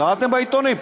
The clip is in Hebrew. קראתם בעיתונים?